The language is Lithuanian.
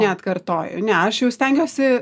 neatkartoju ne aš jau stengiuosi